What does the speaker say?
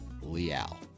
Leal